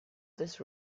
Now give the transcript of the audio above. this